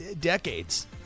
decades